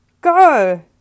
Go